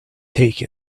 take